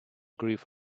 grieve